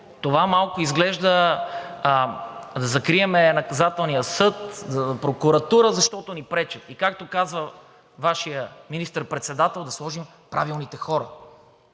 това малко изглежда – да закрием Наказателния съд, прокуратура, защото ни пречат. И както казва Вашият министър-председател: да сложим правилните хора.